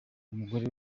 umugore